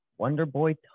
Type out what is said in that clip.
Wonderboy